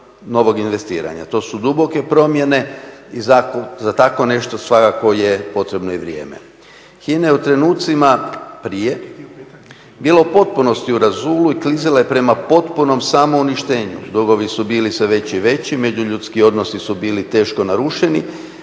To su duboke promjene i za tako nešto svakako je potrebno i vrijeme. HINA je u trenucima prije bila u potpunosti u rasulu i klizila je prema potpunom samouništenju, dugovi su bili sve veći i veći, međuljudski odnosi su bili teško narušeni